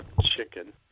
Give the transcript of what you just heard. chicken